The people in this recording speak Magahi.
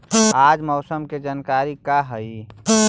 आज मौसम के जानकारी का हई?